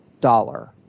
dollar